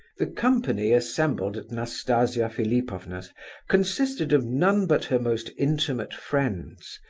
the company assembled at nastasia philipovna's consisted of none but her most intimate friends,